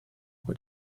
what